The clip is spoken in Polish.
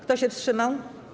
Kto się wstrzymał?